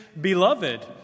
beloved